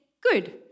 good